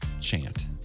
chant